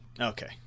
Okay